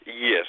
Yes